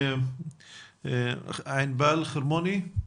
ענבל חרמוני.